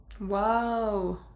Wow